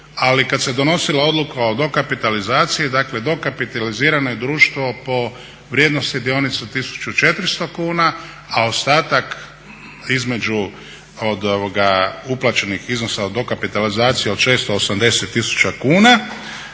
ali kad se donosila odluka o dokapitalizaciji dakle dokapitalizirano je društvo po vrijednosti dionica 1400 kuna, a ostatak između od uplaćenih iznosa od dokapitalizacije od 680 tisuća kuna